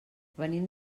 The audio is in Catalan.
venim